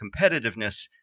competitiveness